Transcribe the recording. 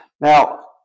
Now